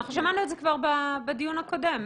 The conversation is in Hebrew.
אנחנו שמענו את זה כבר בדיון הקודם.